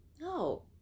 No